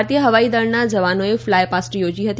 ભારતીય હવાઈદળના જવાનોએ ફ્લાય પાસ્ટ યોજી હતી